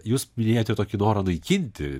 jūs minėjote tokį norą naikinti